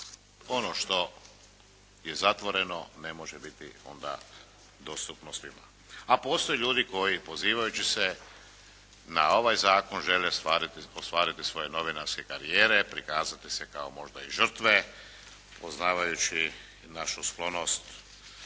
ono što je zatvoreno ne može onda biti dostupno svima. A postoje ljudi koji pozivajući se na ovaj zakon žele ostvariti svoje novinarske karijere, prikazati se kao možda i žrtve poznavajući našu sklonost